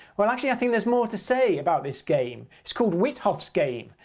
well, actually, i think there's more to say about this game. it's called wythoff's game,